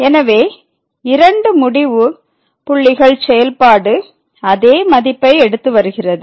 எனவே இரண்டு முடிவு புள்ளிகள் செயல்பாடு அதே மதிப்பை எடுத்து வருகிறது